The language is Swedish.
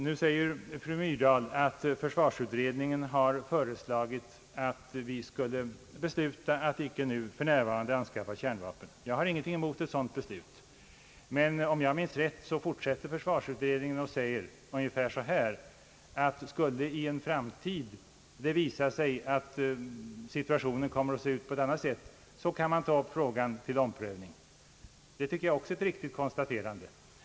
Nu säger fru Myrdal att försvarsutredningen har föreslagit att vi skulle besluta att för närvarande inte anskaffa kärnvapen. Jag har ingenting emot ett sådant beslut. Men om jag minns rätt fortsätter försvarsutredningen och sä ger ungefär så här att om det i en framtid skulle visa sig att det blir en annan situation, kan man ta upp frågan till omprövning. Det tycker jag också är ett riktigt konstaterande.